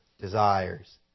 desires